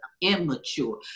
immature